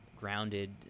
grounded